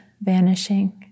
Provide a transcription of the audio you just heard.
vanishing